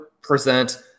present